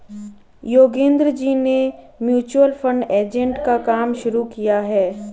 योगेंद्र जी ने mutual fund agent का काम शुरू किया है